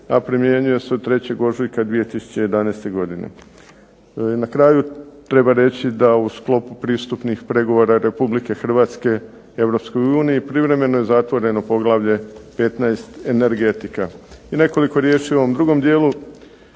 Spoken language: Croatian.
a primjenjuje se od 3. ožujka 2011. godine. I na kraju treba reći da u sklopu pristupnih pregovora RH Europskoj uniji privremeno je zatvoreno Poglavlje 15. – Energetika. I nekoliko riječi o ovom drugom dijelu